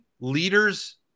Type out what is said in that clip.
Leaders